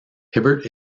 hibbert